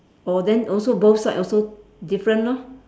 oh then also both sides also different lor